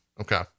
Okay